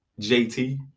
JT